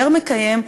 יותר מקיים,